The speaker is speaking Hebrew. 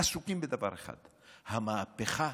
עסוקים בדבר אחד: המהפכה,